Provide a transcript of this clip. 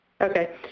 Okay